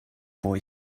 boy